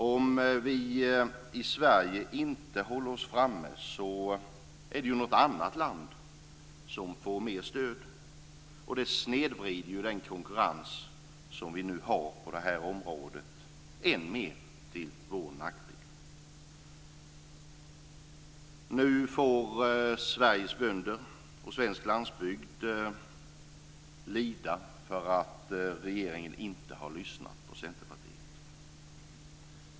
Om vi i Sverige inte håller oss framme är det något annat land som får mer stöd. Det snedvrider ju den konkurrens som vi nu har på det här området än mer till vår nackdel. Nu får Sveriges bönder och svensk landsbygd lida för att regeringen inte har lyssnat på Centerpartiet.